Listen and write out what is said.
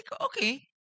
okay